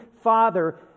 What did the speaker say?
Father